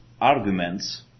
arguments